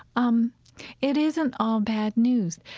um it isn't all bad news.